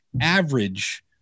average